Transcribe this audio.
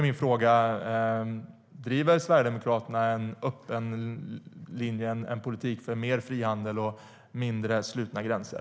Min fråga är: Driver Sverigedemokraterna en öppen linje, en politik för mer frihandel och mindre slutna gränser?